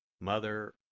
Mother